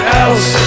else